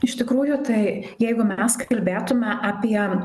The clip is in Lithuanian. iš tikrųjų tai jeigu mes kalbėtume apie